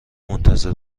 منتظر